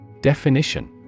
Definition